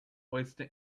oyster